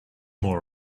more